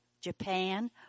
Japan